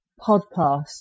podcast